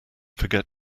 forget